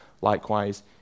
Likewise